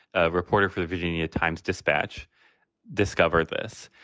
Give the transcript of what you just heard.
ah reporter for the virginia times dispatch discovered this.